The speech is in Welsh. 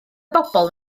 bobl